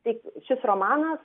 tik šis romanas